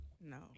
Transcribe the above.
No